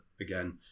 again